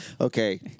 Okay